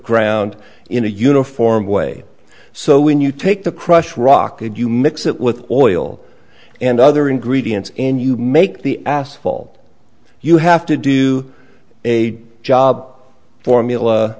ground in a uniform way so when you take the crushed rock and you mix it with oil and other ingredients and you make the asphalt you have to do a job formula